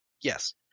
Yes